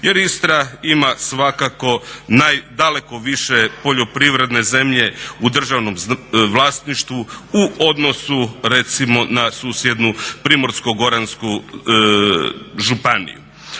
jer Istra ima svakako daleko više poljoprivredne zemlje u državnom vlasništvu u odnosu recimo na susjednu Primorsko-goransku županiju.